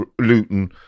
Luton